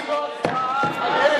זו הצבעה על ההתיישבות,